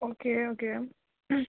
okay okay